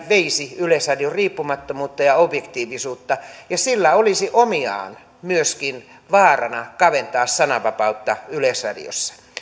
veisi yleisradion riippumattomuutta ja objektiivisuutta ja se olisi myöskin vaarassa kaventaa sananvapautta yleisradiossa